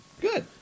Good